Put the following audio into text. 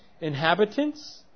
inhabitants